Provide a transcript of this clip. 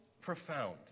profound